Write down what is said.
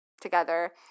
together